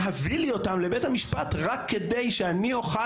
להביא לי אותם לבית המשפט רק כדי שאני אוכל